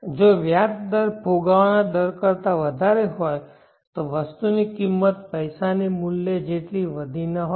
જો વ્યાજ દર ફુગાવાના દર કરતા વધારે હોય તો વસ્તુની કિંમત પૈસાના મૂલ્ય જેટલી વધી ન હોત